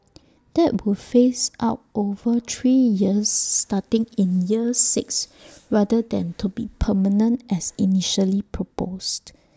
that would phase out over three years starting in year six rather than to be permanent as initially proposed